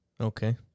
Okay